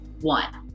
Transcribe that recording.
one